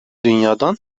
dünyadan